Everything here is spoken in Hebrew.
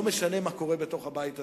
לא משנה מה קורה בתוך הבית הזה,